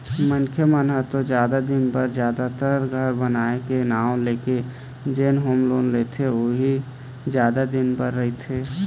मनखे मन ह तो जादा दिन बर जादातर घर बनाए के नांव लेके जेन होम लोन लेथे उही ह जादा दिन बर रहिथे